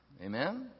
amen